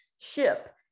ship